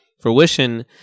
fruition